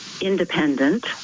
independent